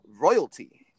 Royalty